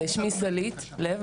שמי סלעית לב,